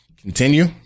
Continue